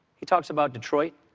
he talks about detroit.